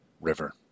River